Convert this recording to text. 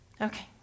Okay